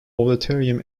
auditorium